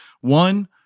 one